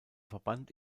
verband